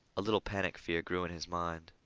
a little panic-fear grew in his mind.